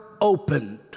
opened